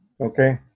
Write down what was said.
Okay